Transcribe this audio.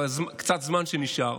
בקצת הזמן שנשאר,